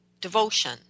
devotion